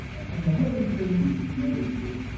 and the heavy statement you made is,